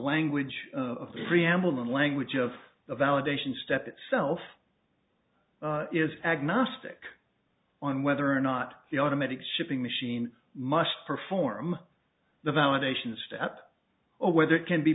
and language of the validation step itself is agnostic on whether or not the automatic shipping machine must perform the validation step or whether it can be